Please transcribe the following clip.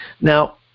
Now